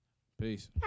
Peace